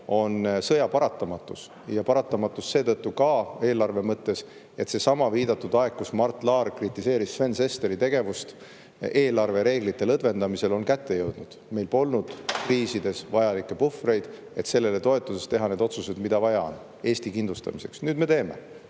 on sõjaparatamatus, ja paratamatus on see seetõttu ka eelarve mõttes, sest seesama viidatud aeg, kus Mart Laar kritiseeris Sven Sesteri tegevust eelarvereeglite lõdvendamisel, on kätte jõudnud. Meil polnud kriiside ajal alles vajalikke puhvreid, et sellele toetudes teha neid otsuseid, mida on vaja Eesti kindlustamiseks. Nüüd me teeme.